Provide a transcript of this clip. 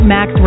Max